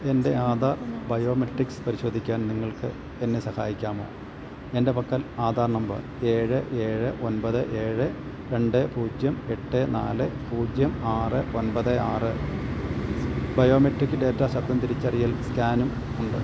എൻ്റെ ആധാർ ബയോമെട്രിക്സ് പരിശോധിക്കാൻ നിങ്ങൾക്കെന്നെ സഹായിക്കാമോ എൻ്റെ പക്കൽ ആധാർ നമ്പർ ഏഴ് ഏഴ് ഒൻപത് ഏഴ് രണ്ട് പൂജ്യം എട്ട് നാല് പൂജ്യം ആറ് ഒൻപത് ആറ് ബയോമെട്രിക് ഡാറ്റാ ശബ്ദം തിരിച്ചറിയൽ സ്കാനുമുണ്ട്